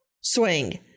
swing